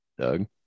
Doug